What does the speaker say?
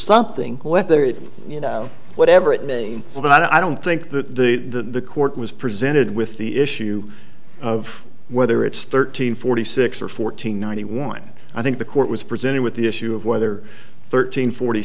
something whether it's you know whatever it may be that i don't think the court was presented with the issue of whether it's thirteen forty six or fourteen ninety one i think the court was presented with the issue of whether thirteen forty